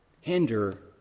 hinder